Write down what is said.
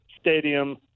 stadium